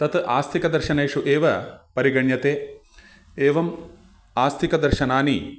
तत् आस्तिकदर्शनेषु एव परिगण्यते एवम् आस्तिकदर्शनानि